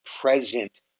present